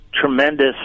tremendous